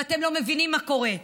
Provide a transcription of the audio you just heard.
ואתם לא מבינים מה קורה.